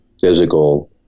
physical